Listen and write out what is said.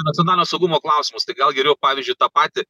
nacionalinio saugumo klausimus tai gal geriau pavyzdžiui tą patį